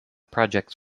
projects